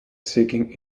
seeking